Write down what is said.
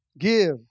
Give